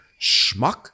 Schmuck